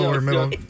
middle